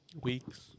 Weeks